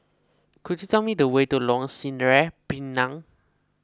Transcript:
could you tell me the way to Lorong Sireh Pinang